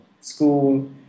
school